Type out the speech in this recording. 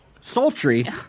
Sultry